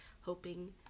hoping